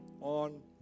on